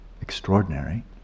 extraordinary